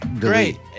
Great